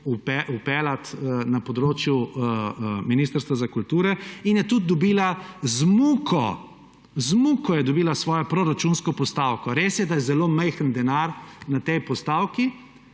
vpeljati na področju Ministrstva za kulturo, in je tudi dobila z muko, z muko je dobila svoje proračunsko postavko. Res je, da zelo majhen denar na tej postavki,